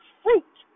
fruit